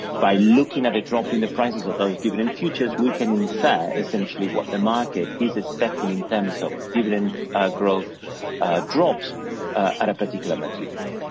by looking at the drop in the prices of those dividend futures we can infer essentially what the market is expecting in terms of dividend growth drops at a particular maturity.